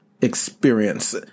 experience